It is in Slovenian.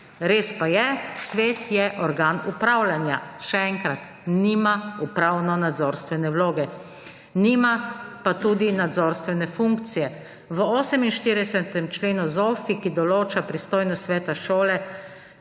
Res pa je, svet je organ upravljanja. Še enkrat, nima upravno nadzorstvene vloge. Nima pa tudi nadzorstvene funkcije. V 48. členu ZOFVI, ki določa pristojnost sveta šole